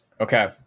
Okay